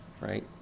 right